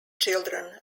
children